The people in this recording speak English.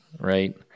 right